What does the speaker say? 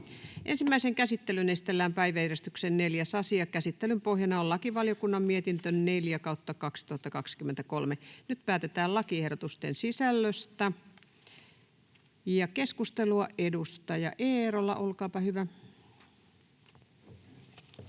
Ensimmäiseen käsittelyyn esitellään päiväjärjestyksen 4. asia. Käsittelyn pohjana on lakivaliokunnan mietintö LaVM 4/2023 vp. Nyt päätetään lakiehdotusten sisällöstä. — Keskustelua, edustaja Eerola, olkaapa hyvä.